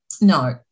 No